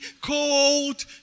cold